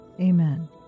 Amen